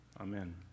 amen